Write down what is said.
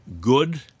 good